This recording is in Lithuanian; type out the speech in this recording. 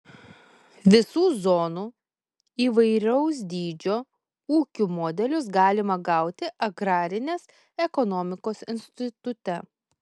visų zonų įvairaus dydžio ūkių modelius galima gauti agrarinės ekonomikos institute